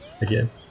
again